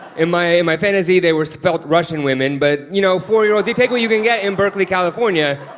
in my and my fantasy, they were svelte russian women, but, you know, four-year-olds you take what you can get in berkeley, california.